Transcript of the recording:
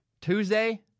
Tuesday